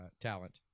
talent